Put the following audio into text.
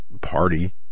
party